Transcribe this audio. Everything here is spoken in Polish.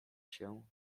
się